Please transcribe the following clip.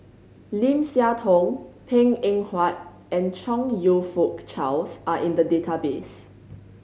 Lim Siah Tong Png Eng Huat and Chong You Fook Charles are in the database